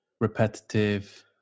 repetitive